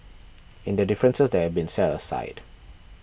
in the differences that have been set aside